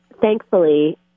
Thankfully